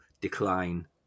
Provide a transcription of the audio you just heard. decline